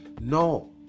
no